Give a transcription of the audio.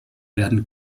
werden